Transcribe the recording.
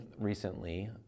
recently